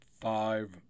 Five